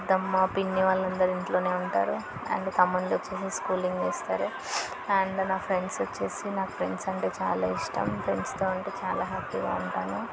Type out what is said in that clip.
పెద్దమ్మ పిన్ని వాళ్ళందరు ఇంట్లోనే ఉంటారు అండ్ తమ్ముళ్ళు వచ్చి స్కూలింగ్ చేస్తారు అండ్ నా ఫ్రెండ్స్ వచ్చి నా ఫ్రెండ్స్ అంటే చాలా ఇష్టము ఫ్రెండ్స్తో ఉంటే చాలా హ్యాపీగా ఉంటాను